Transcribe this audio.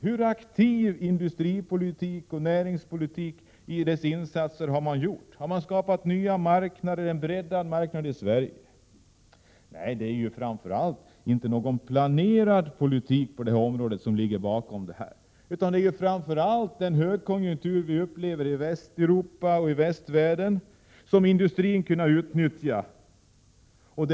Hur aktiv industrioch näringspolitik har regeringen fört? Har man skapat nya marknader och en breddad marknad i Sverige? Nej, det är inte någon planerad politik på det här området som ligger bakom detta, utan det är framför allt den högkonjunktur som vi upplever i Västeuropa och västvärlden som industrin har kunnat utnyttja.